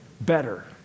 better